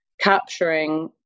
capturing